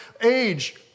age